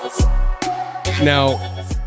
Now